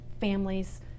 families